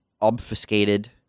obfuscated